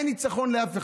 אין ניצחון לאף אחד.